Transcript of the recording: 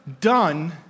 done